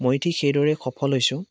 মই ঠিক সেইদৰে সফল হৈছোঁ